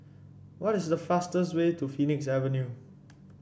what is the fastest way to Phoenix Avenue